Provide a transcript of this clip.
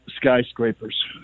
skyscrapers